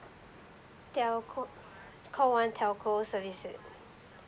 telco call one telco services